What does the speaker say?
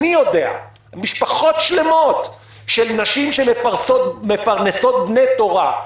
אני יודע על משפחות שלמות של נשים שמפרנסות בני תורה,